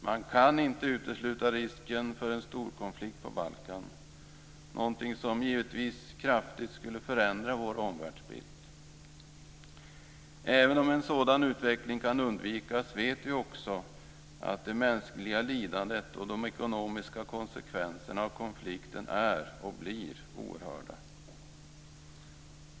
Man kan inte utesluta risken för en storkonflikt på Balkan, något som givetvis kraftigt skulle förändra vår omvärldsbild. Även om en sådan utveckling kan undvikas vet vi att det mänskliga lidandet och de ekonomiska konsekvenserna av konflikten är och blir oerhörda.